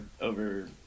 over